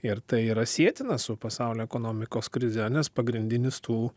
ir tai yra sietina su pasaulio ekonomikos krize nes pagrindinis tų